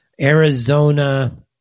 Arizona